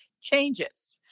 changes